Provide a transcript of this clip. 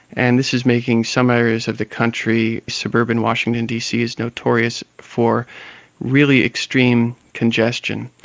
and this is making some areas of the country, suburban washington, d. c. is notorious for really extreme congestion.